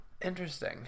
interesting